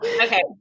Okay